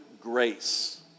grace